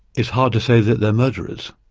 it's hard to say that they're murderers.